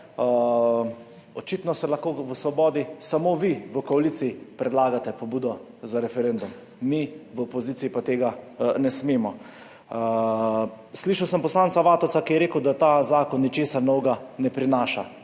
očitno lahko v svobodi samo vi v koaliciji predlagate pobudo za referendum, mi v opoziciji pa tega ne smemo. Slišal sem poslanca Vatovca, ki je rekel, da ta zakon ne prinaša